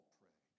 pray